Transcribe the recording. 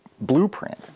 blueprint